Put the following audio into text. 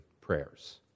prayers